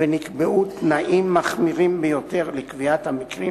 ונקבעו תנאים מחמירים ביותר לקביעת המקרים